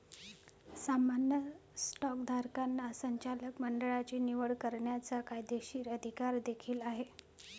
सामान्य स्टॉकधारकांना संचालक मंडळाची निवड करण्याचा कायदेशीर अधिकार देखील आहे